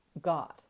God